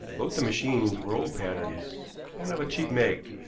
both the machines were old patterns, and of a cheap make,